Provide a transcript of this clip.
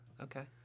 Okay